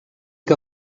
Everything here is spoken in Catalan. que